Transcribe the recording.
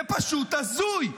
זה פשוט הזוי.